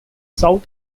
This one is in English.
south